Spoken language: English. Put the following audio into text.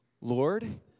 Lord